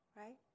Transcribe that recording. right